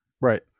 Right